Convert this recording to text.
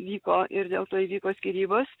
vyko ir dėl to įvyko skyrybos